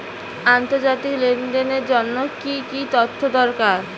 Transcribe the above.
আন্তর্জাতিক লেনদেনের জন্য কি কি তথ্য দরকার?